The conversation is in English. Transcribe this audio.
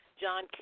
John